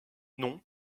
non